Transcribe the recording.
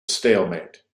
stalemate